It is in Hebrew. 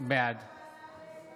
בעד